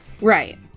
Right